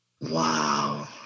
Wow